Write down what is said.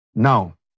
Now